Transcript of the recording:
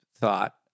thought